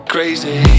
Crazy